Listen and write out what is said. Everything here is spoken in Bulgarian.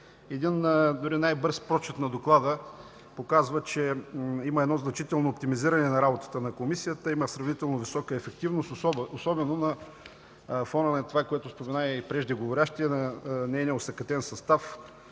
Дори най-бърз прочит на доклада показва, че има значително оптимизиране на работата на Комисията, има сравнително висока ефективност, особено на фона на това, което спомена и преждеговорившият за нейния осакатен състав,